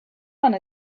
one